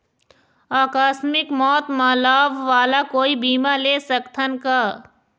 आकस मिक मौत म लाभ वाला कोई बीमा ले सकथन का?